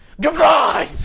Goodbye